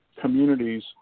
communities